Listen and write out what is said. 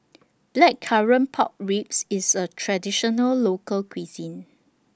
Blackcurrant Pork Ribs IS A Traditional Local Cuisine